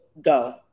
Go